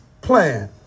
plan